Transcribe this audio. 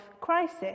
crisis